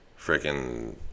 freaking